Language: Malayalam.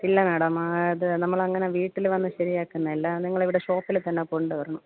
ഇല്ല മാഡം അത് നമ്മളങ്ങനെ വീട്ടിൽ വന്ന് ശരിയാക്കുന്നില്ല നിങ്ങളിവിടെ ഷോപ്പിൽ തന്നെ കൊണ്ടുവരണം